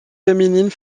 féminines